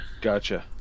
gotcha